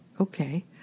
Okay